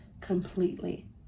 completely